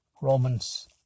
Romans